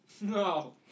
no